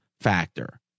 factor